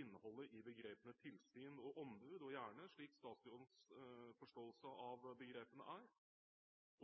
innholdet i begrepene tilsyn og ombud, og gjerne slik statsrådens forståelse av begrepene er,